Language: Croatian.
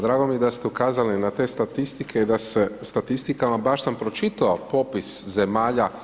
Dragao mi je da ste ukazali na te statistike i da se statistike, baš sam pročitao popis zemalja